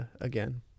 again